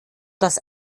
dass